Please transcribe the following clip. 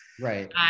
Right